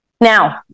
Now